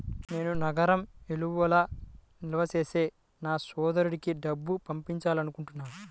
నేను నగరం వెలుపల నివసించే నా సోదరుడికి డబ్బు పంపాలనుకుంటున్నాను